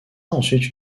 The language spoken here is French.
ensuite